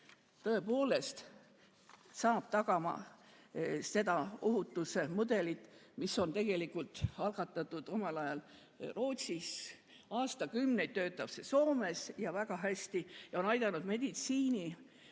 tõepoolest saab tagama seda ohutusemudelit, mis on tegelikult algatatud omal ajal Rootsis, on aastakümneid töötanud Soomes – ja väga hästi – ja on aidanud meditsiinisüsteemis